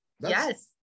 Yes